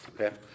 okay